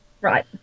right